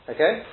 Okay